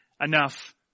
enough